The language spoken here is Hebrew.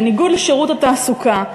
בניגוד לשירות התעסוקה,